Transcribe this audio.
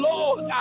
Lord